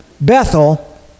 Bethel